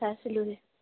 চাইছিলোঁগৈ